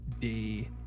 day